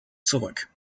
zurück